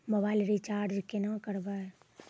Mobile recharge केना करबै?